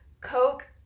Coke